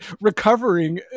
recovering